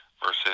versus